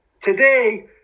today